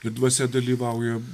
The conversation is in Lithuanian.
ir dvasia dalyvauja